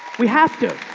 we have to,